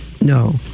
no